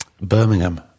Birmingham